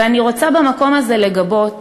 ואני רוצה במקום הזה לגבות